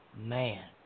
Man